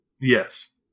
Yes